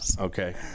Okay